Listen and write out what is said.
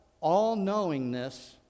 all-knowingness